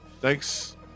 thanks